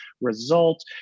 result